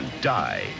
die